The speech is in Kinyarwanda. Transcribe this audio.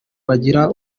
bagira